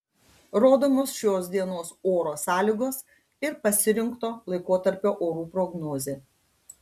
rodomos šios dienos oro sąlygos ir pasirinkto laikotarpio orų prognozė